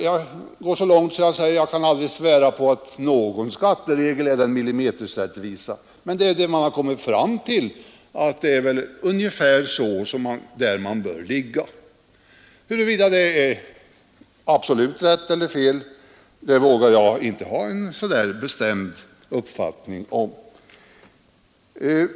Jag går så långt att jag säger att jag inte kan svära på att någon skatteregel ger millimeterrättvisa. Men man har kommit fram till att det är ungefär där gränsen bör ligga. Huruvida det är absolut rätt eller fel vågar jag inte ha en bestämd uppfattning om.